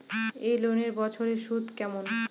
এই লোনের বছরে সুদ কেমন?